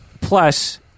plus